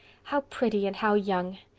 how pretty and how young!